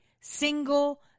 single